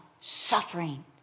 suffering